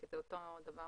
זה אותו עניין.